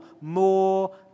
more